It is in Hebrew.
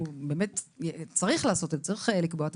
הוא באמת צריך לקבוע תקנות.